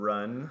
Run